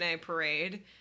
parade